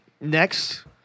Next